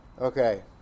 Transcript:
Okay